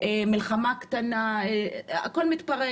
מלחמה קטנה הכול מתפרק,